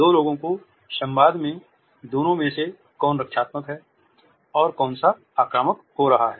दो लोगों के संवाद में दोनों में से कौन रक्षात्मक है और कौन सा आक्रामक हो रहा है